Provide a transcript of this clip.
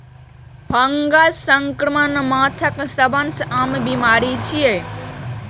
fungus संक्रमण माछक सबसं आम बीमारी छियै